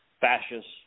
fascist